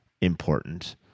important